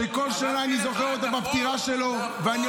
שכל שנה אני זוכר אותו בפטירה שלו -- נכון,